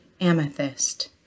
amethyst